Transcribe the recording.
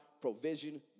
provision